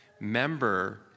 Member